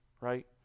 right